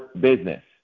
business